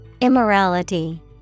Immorality